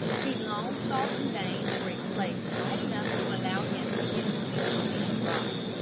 he long sought in vain for a place wide enough to allow him to get into the opening in the rock.